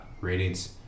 ratings